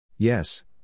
Yes